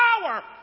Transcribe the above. power